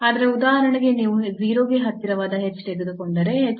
ಆದರೆ ಉದಾಹರಣೆಗೆ ನೀವು 0 ಗೆ ಹತ್ತಿರವಾದ h ತೆಗೆದುಕೊಂಡರೆ h 0